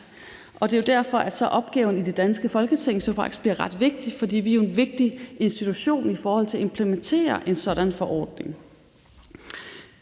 Det er derfor, at opgaven i det danske Folketing så faktisk bliver ret vigtig, for vi er en vigtig institution i forhold til at implementere en sådan forordning.